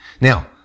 Now